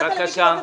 בבקשה.